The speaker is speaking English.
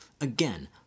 again